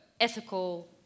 ethical